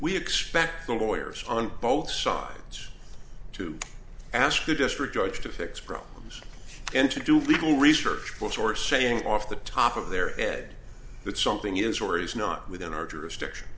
we expect the lawyers on both sides to ask the district judge to fix problems and to do legal research before saying off the top of their head that something is or is not within our jurisdiction